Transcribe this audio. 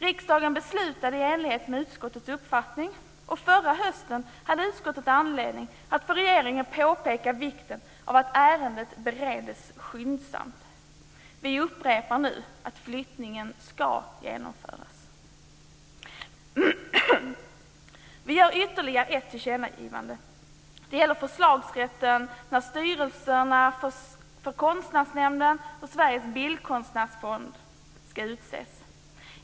Riksdagen beslutade i enlighet med utskottets uppfattning, och förra hösten hade utskottet anledning att för regeringen påpeka vikten av att ärendet bereds skyndsamt. Vi upprepar nu att flyttningen ska genomföras. Vi gör ytterligare ett tillkännagivande. Det gäller förslagsrätten när styrelserna för Konstnärsnämnden och Sveriges bildkonstnärsförbund ska utses.